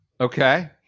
Okay